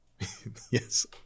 yes